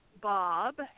Bob